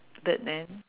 Birdman